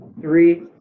three